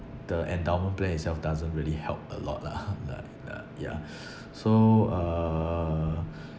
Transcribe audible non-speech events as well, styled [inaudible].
the endowment plan itself doesn't really help a lot lah [laughs] yeah so uh